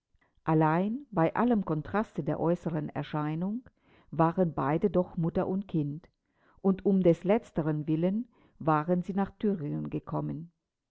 allein bei allem kontraste in der äußeren erscheinung waren beide doch mutter und kind und um des letzteren willen waren sie nach thüringen gekommen